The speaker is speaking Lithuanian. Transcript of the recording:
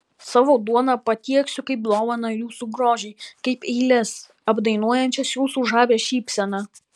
savo duoną patieksiu kaip dovaną jūsų grožiui kaip eiles apdainuojančias jūsų žavią šypseną